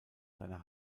seiner